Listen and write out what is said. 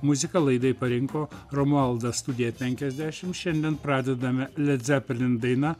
muzika laidai parinko romualdas studija penkiasdešimt šiandien pradedame le dzepelin